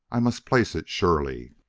i must place it surely.